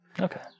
Okay